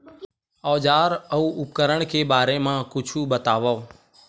औजार अउ उपकरण के बारे मा कुछु बतावव?